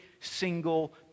single